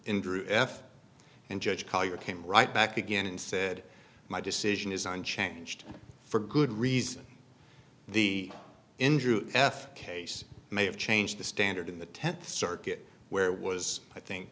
indra f and judge collier came right back again and said my decision is unchanged for good reason the injury f case may have changed the standard in the tenth circuit where was i think